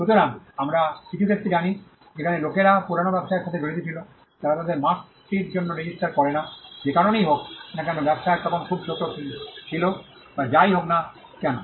সুতরাং আমরা কিছু ক্ষেত্রে জানি যেখানে লোকেরা পুরানো ব্যবসায়ের সাথে জড়িত ছিল তারা তাদের মার্কটির জন্য রেজিস্টার্ করে না যে কারণেই হোক না কেন ব্যবসায় তখন খুব ছোট ছিল বা যাই হোক না কেন